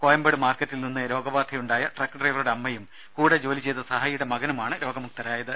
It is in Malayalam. കോയമ്പേട് മാർക്കറ്റിൽ നിന്ന് രോഗബാധയുണ്ടായ ട്രക്ക് ഡ്രൈവറുടെ അമ്മയും കൂടെ ജോലി ചെയ്ത സഹായിയുടെ മകനുമാണ് രോഗ മുക്തരായത്